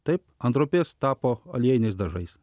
taip ant drobes tapo aliejiniais dažais